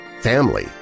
family